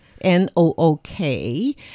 N-O-O-K